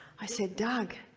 i said, doug,